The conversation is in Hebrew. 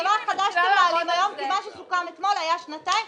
זה דבר חדש, כי מה שסוכם אתמול היה שנתיים,